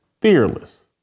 fearless